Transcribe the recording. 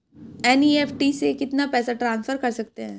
NEFT से कितना पैसा ट्रांसफर कर सकते हैं?